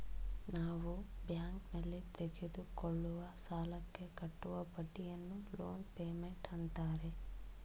ನಾವು ಬ್ಯಾಂಕ್ನಲ್ಲಿ ತೆಗೆದುಕೊಳ್ಳುವ ಸಾಲಕ್ಕೆ ಕಟ್ಟುವ ಬಡ್ಡಿಯನ್ನು ಲೋನ್ ಪೇಮೆಂಟ್ ಅಂತಾರೆ